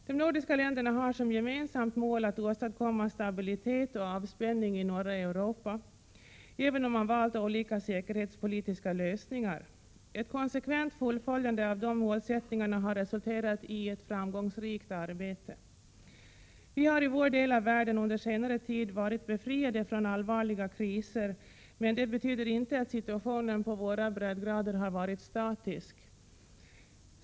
De nordiska länderna har som gemensamt mål att åstadkomma stabilitet och avspänning i norra Europa, även om man valt olika säkerhetspolitiska lösningar. Ett konsekvent fullföljande av dessa målsättningar har resulterat i ett framgångsrikt arbete. Vi har i vår del av världen under senare tid varit befriade från allvarliga kriser, men det betyder inte att situationen på våra breddgrader har varit statisk.